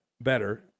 better